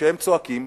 כשהם צועקים,